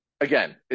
Again